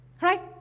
right